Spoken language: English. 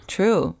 True